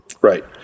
Right